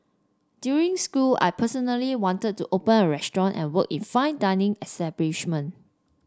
during school I personally wanted to open a restaurant and work in fine dining establishment